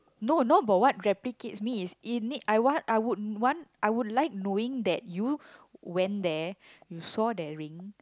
no no about what replicates me is it need I want I would want I would like knowing that you went there you saw that ring